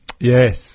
Yes